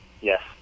Yes